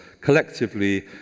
collectively